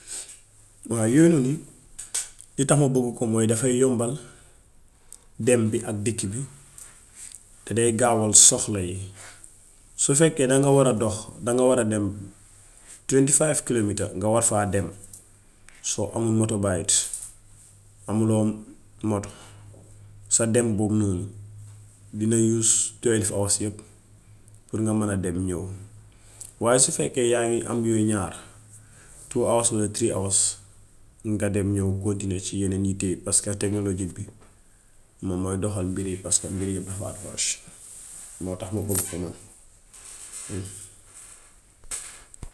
Waaw yooy noonu li tax ma bëgg ko mooy dafay yombal dem bi ak dikk bi, te day gaawal soxla yi. Su fekkee danga war a dox danga war a dem twenty fife kilometeer nga war faa dem, soo amuy mote bike, amuloo moto, sa dem boobu noonu dina use twenty hours yépp pour nga man a dem ñëw. Waaye su fekkee yaa ngi am yooyu ñaar, two hours walla tree hours nga dem ñów konine ci yeneen yitte yi paska technology bi moom mooy doxol mbir yi paska mbir yi dafa approach. Moo tax ma bëgg ko man.